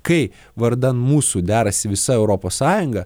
kai vardan mūsų derasi visa europos sąjunga